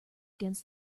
against